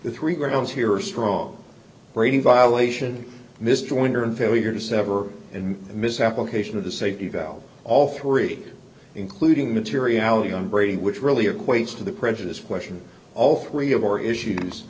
the three grounds here are strong brady violation mr winter and failure to sever and misapplication of the safety valve all three including materiality on brady which really equates to the prejudice question all three of your issues